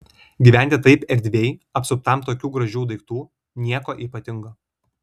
gyventi taip erdviai apsuptam tokių gražių daiktų nieko ypatingo